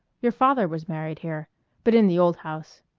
your father was married here but in the old house.